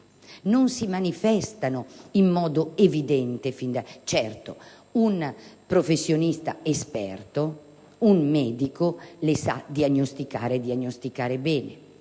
non si manifestano in modo evidente. Certo, un professionista esperto, un medico, le sa diagnosticare bene: